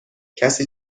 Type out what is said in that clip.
کسی